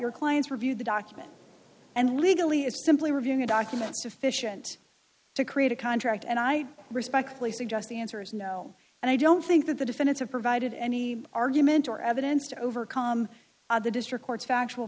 your clients reviewed the document and legally is simply reviewing a document sufficient to create a contract and i respectfully suggest the answer is no and i don't think that the defendants have provided any argument or evidence to overcome the district court's factual